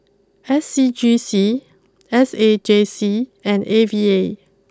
S C G C S A J C and A V A